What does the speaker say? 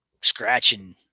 scratching